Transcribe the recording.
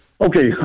Okay